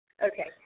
Okay